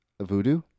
Voodoo